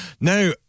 Now